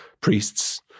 priests